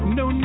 no